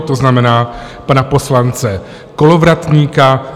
To znamená pana poslance Kolovratníka.